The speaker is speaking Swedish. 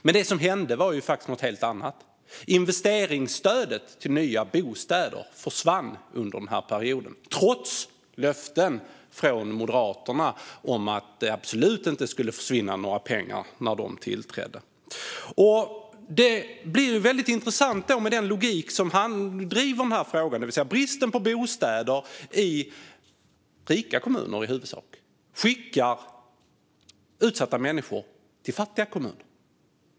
Men det som hände var faktiskt något helt annat: Investeringsstödet till nya bostäder försvann under denna period, trots löften från Moderaterna om att det absolut inte skulle försvinna några pengar när de tillträdde. Det blir väldigt intressant med den logik som driver de här frågorna, det vill säga att bristen på bostäder, i huvudsak i rika kommuner, skickar utsatta människor till fattiga kommuner.